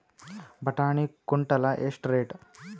ಬಟಾಣಿ ಕುಂಟಲ ಎಷ್ಟು ರೇಟ್?